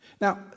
Now